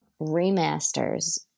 remasters